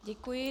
Děkuji.